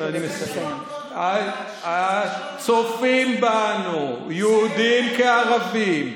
זה שלום, קודם כול, הצופים בנו, יהודים כערבים,